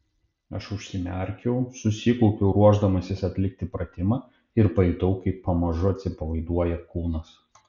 aš užsimerkiau susikaupiau ruošdamasis atlikti pratimą ir pajutau kaip pamažu atsipalaiduoja kūnas